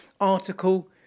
article